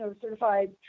certified